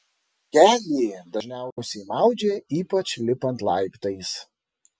kelį dažniausiai maudžia ypač lipant laiptais